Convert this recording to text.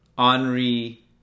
Henri